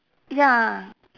ya